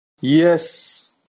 Yes